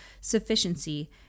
sufficiency